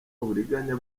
uburiganya